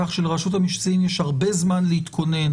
כך שלרשות המיסים יש הרבה זמן להתכונן